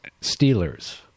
Steelers